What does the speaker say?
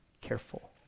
careful